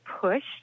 pushed